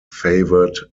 favoured